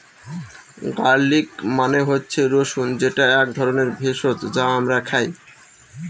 garlic মানে হচ্ছে রসুন যেটা এক ধরনের ভেষজ যা আমরা খাই